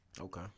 Okay